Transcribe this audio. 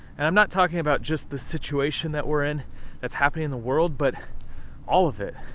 and i'm not talking about just the situation that we're in that's happening in the world, but all of it.